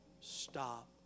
stop